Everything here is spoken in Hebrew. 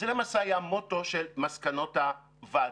זה למעשה היה המוטו של מסקנות הוועדה.